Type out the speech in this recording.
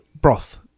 Broth